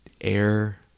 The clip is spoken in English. air